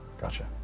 Gotcha